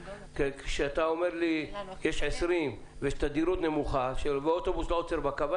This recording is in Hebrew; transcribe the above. כשאתה אומר לי שיש 20 ויש תדירות נמוכה ואוטובוס לא עוצר בקו,